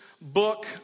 book